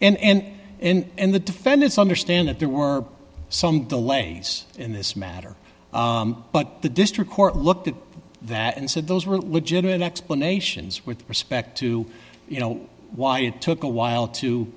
and and the defendants understand that there were some delays in this matter but the district court looked at that and said those were legitimate explanations with respect to you know why it took a while to